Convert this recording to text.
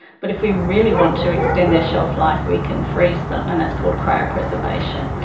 but if we really want to extend their shelf life we can freeze them and that's called cryopreservation.